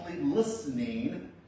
listening